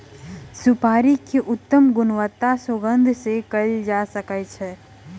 सुपाड़ी के उत्तम गुणवत्ता सुगंध सॅ कयल जा सकै छै